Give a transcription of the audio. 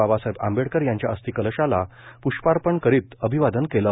बाबासाहेब आंबेडकर यांच्या अस्थिकलशाला प्ष्पार्पण करीतव अभिवादन केलं